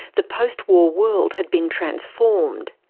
the post-war world had been transformed.